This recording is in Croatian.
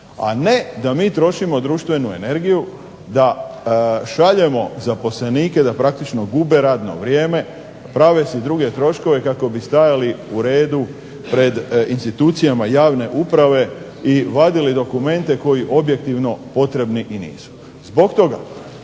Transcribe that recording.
A ne da mi trošimo društvenu energiju da šaljemo zaposlenike da praktično gube radno vrijeme, prave si druge troškove kako bi stajali u redu pred institucijama javne uprave i vadili dokumente koji objektivno potrebni i nisu. Zbog toga